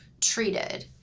treated